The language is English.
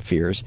fears.